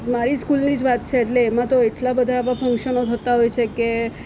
મારી સ્કૂલની જ વાત છે એટલે એમાં તો એટલાં બધા આવાં ફંકશનો થતાં હોય છે કે